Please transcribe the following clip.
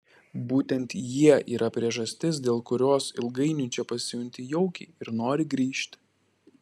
būtent jie yra priežastis dėl kurios ilgainiui čia pasijunti jaukiai ir nori grįžti